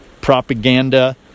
propaganda